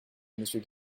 monsieur